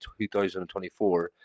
2024